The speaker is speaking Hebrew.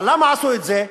אבל למה עשו את זה?